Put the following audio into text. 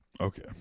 Okay